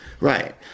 Right